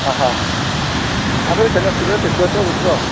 ꯑꯥ ꯍꯥ ꯑꯗꯨꯗꯤ ꯀꯩꯅꯣ ꯁꯤꯔꯣꯏ ꯐꯦꯁꯇꯤꯕꯦꯜ ꯆꯠꯂꯨꯁꯤꯔꯣ